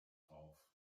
drauf